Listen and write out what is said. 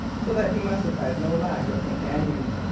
so that he must have had no lack of companions.